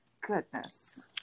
goodness